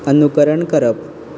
अनुकरण करप